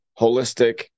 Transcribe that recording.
holistic